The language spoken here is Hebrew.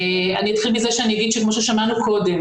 אני אתחיל מזה שאגיד שכמו ששמענו קודם